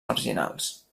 marginals